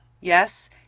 Yes